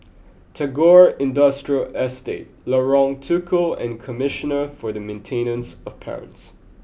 Tagore Industrial Estate Lorong Tukol and Commissioner for the Maintenance of Parents